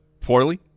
Poorly